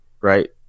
right